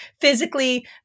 Physically